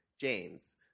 James